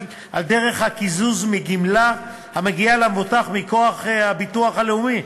דרך הקיזוז מגמלה המגיעה למבוטח מכוח הביטוח הלאומי.